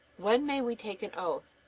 when may we take an oath?